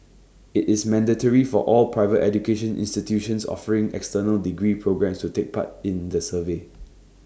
IT is mandatory for all private education institutions offering external degree programmes to take part in the survey